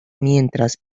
mientras